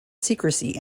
secrecy